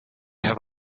have